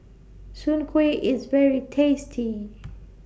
Soon Kway IS very tasty